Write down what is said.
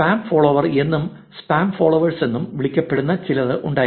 spam follower എന്നും spam followers എന്നും വിളിക്കപ്പെടുന്ന ചിലത് ഉണ്ടായിരുന്നു